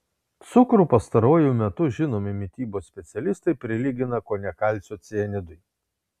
cukrų pastaruoju metu žinomi mitybos specialistai prilygina kone kalcio cianidui